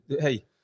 Hey